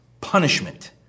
punishment